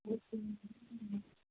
దొరుకుతాయి